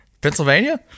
Pennsylvania